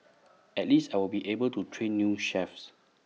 at least I'll be able to train new chefs